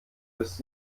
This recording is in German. bis